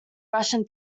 russian